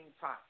time